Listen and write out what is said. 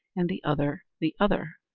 and the other the other.